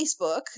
Facebook